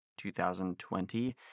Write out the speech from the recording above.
2020